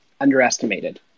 underestimated